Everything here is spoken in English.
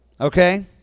okay